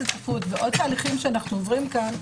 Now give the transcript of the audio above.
--- ועוד תהליכים שאנחנו עוברים כאן,